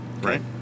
Right